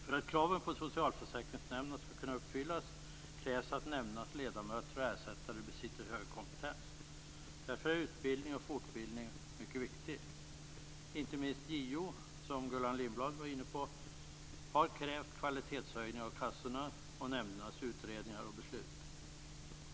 För att kraven på socialförsäkringsnämnderna skall kunna uppfyllas krävs att nämndernas ledamöter och ersättare besitter hög kompetens. Därför är utbildning och fortbildning mycket viktig. Inte minst JO har krävt kvalitetshöjningar av kassorna och nämndernas utredningar och beslut, som Gullan Lindblad var inne på.